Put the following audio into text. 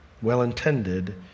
well-intended